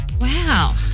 Wow